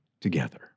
together